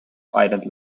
island